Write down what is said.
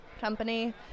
company